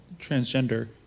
transgender